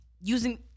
using